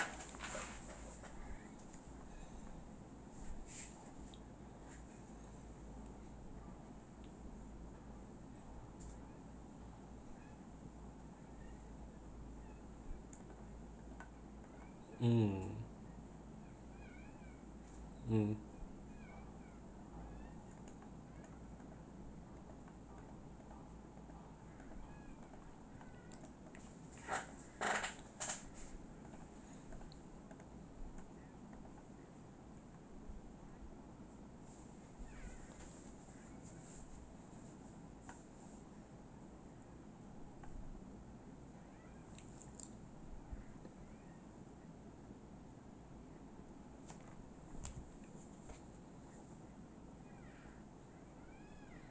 mm mm